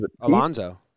Alonzo